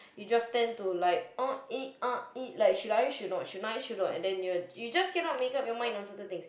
you just tend to like uh eh uh eh like should I should not should I should not and then you are you just cannot make up your mind on certain things